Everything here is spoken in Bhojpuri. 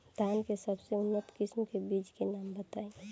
धान के सबसे उन्नत किस्म के बिज के नाम बताई?